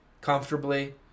comfortably